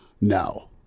no